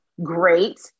Great